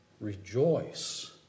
Rejoice